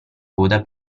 coda